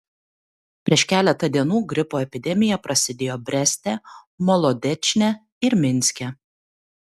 prieš keletą dienų gripo epidemija prasidėjo breste molodečne ir minske